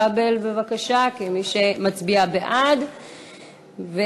שיהיו בעוד כמה שנים,